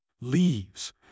leaves